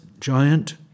giant